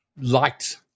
liked